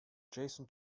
jason